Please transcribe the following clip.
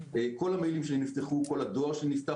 כל המיילים שלי נפתחו, כל הדואר שלי נפתח.